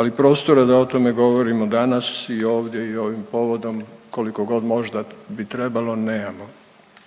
ali prostora da o tome govorimo danas i ovdje i ovim povodom koliko god možda bi trebalo nemamo